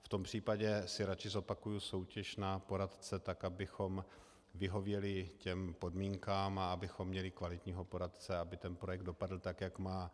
V tom případě si radši zopakuji soutěž na poradce, tak abychom vyhověli těm podmínkám a abychom měli kvalitního poradce, aby ten projekt dopadl tak, jak má.